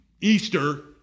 Easter